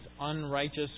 unrighteous